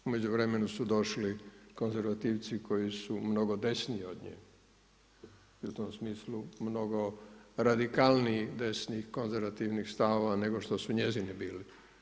U međuvremenu su došli konzervativci koji su mnogo desnije od nje i u tom smislu mnogo radikalnijih desnijih konzervativnih stavova, nego što su njezini bili.